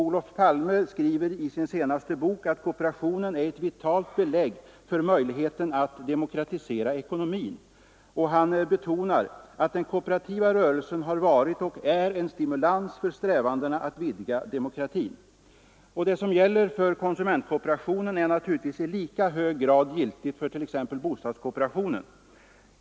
Olof Palme skriver i sin senaste bok, att kooperationen är ett vitalt belägg för möjligheten att demokratisera ekonomin, och han betonar, att den kooperativa rörelsen har varit och är en stimulans för strävandena att vidga demokratin. Det som gäller för konsumentkooperationen är naturligtvis i lika hög grad giltigt för t.ex. bostadskooperationen.